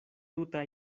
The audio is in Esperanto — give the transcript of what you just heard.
tuta